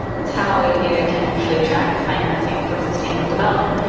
that's how aiddata can actually track financing for sustainable development.